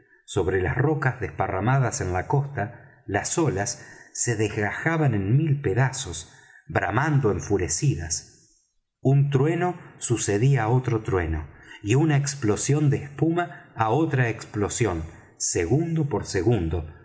sobre las rocas desparramadas en la costa las olas se desgajaban en mil pedazos bramando enfurecidas un trueno sucedía á otro trueno y una explosión de espuma á otra explosión segundo por segundo